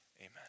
Amen